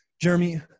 Jeremy